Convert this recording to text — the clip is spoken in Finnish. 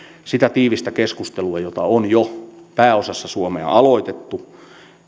sitä tiivistä keskustelua jota on jo pääosassa suomea aloitettu